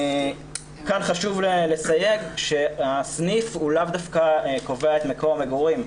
כאן חשוב לסייג שהסניף הוא לאו דווקא קובע את מקום המגורים.